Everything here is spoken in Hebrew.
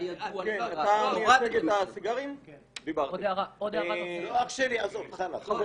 חבר